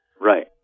Right